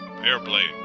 airplane